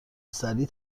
سریع